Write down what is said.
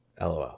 LOL